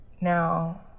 now